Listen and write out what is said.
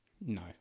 No